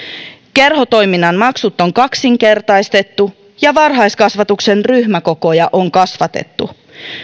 kerhotoiminnan maksut on kaksinkertaistettu ja varhaiskasvatuksen ryhmäkokoja on kasvatettu